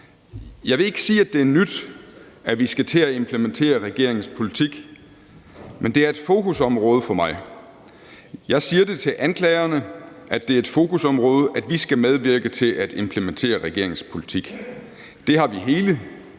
»Jeg vil ikke sige, at det er nyt, at vi skal til at implementere regeringens politik. Men det er et fokusområde for mig. Jeg siger det til anklagerne, at det er et fokusområde, at vi skal medvirke til at implementere regeringens politik. Det har vi skullet